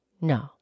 No